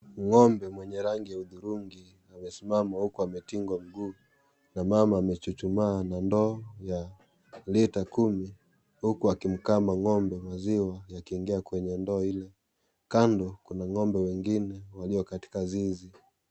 Ngombe yenye rangi ya hudhurungi amesimama huku ametingwa miguu na mama amechuchumaa ,na ndoo ya lita kumi huku akimkama ngombe maziwa yakiingia kwenye ndoo ile, kando kuna ngombe wengine walio katika zizi.